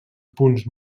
punts